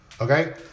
Okay